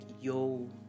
yo